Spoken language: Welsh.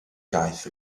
gaeth